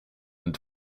and